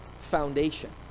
foundation